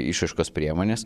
išraiškos priemones